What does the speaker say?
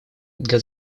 для